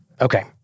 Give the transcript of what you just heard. Okay